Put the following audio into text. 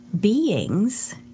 beings